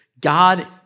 God